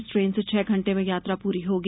इस ट्रेन से छह घंटे में यात्रा पूरी होगी